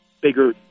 bigger